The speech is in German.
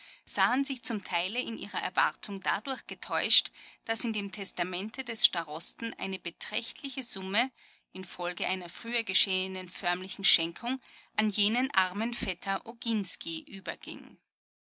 sahen sich zum teile in ihrer erwartung dadurch getäuscht daß in dem testamente des starosten eine beträchtliche summe in folge einer früher geschehenen förmlichen schenkung an jenen armen vetter oginsky überging